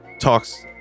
talks